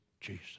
jesus